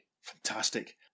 fantastic